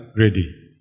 ready